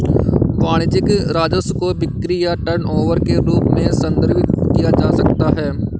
वाणिज्यिक राजस्व को बिक्री या टर्नओवर के रूप में भी संदर्भित किया जा सकता है